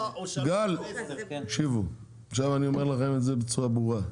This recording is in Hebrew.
גל תקשיבו, עכשיו אני אומר לכם את זה בצורה ברורה.